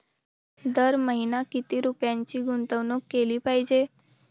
दर महिना किती रुपयांची गुंतवणूक केली पाहिजे?